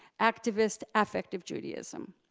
activist, effective judaism.